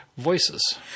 Voices